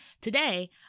Today